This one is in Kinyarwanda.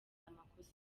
amakosa